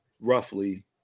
roughly